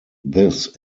this